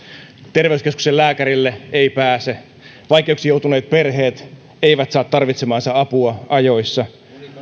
terveyskeskuksen lääkärille ei pääse vaikeuksiin joutuneet perheet eivät saa tarvitsemaansa apua ajoissa